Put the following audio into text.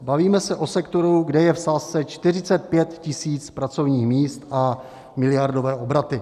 Bavíme se o sektoru, kde je v sázce 45 tisíc pracovních míst a miliardové obraty.